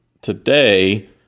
today